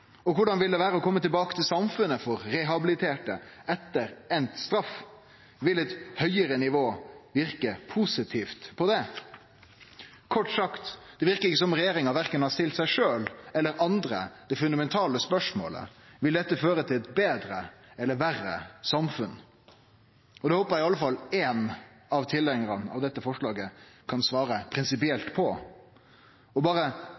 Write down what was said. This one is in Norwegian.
Og korleis vil det vere å kome tilbake til samfunnet for dei rehabiliterte etter straffa? Vil eit høgare nivå verke positivt på det? Kort sagt verkar det ikkje som regjeringa verken har stilt seg sjølv eller andre det fundamentale spørsmålet: Vil dette føre til eit betre eller eit verre samfunn? Det håper eg i alle fall éin av tilhengjarane av dette forslaget kan svare prinsipielt på. Berre